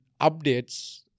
updates